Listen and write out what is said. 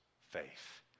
faith